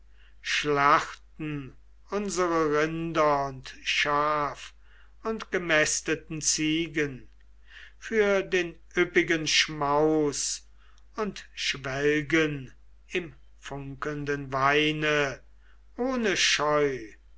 schlachten unsere rinder und schaf und gemästeten ziegen für den üppigen schmaus und schwelgen im funkelnden weine ohne scheu